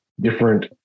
different